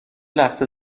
لحظه